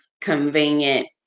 convenient